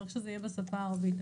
צריך שזה יהיה בשפה הערבית.